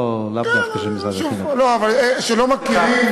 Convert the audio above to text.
לאו דווקא של משרד החינוך.